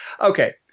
Okay